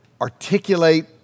articulate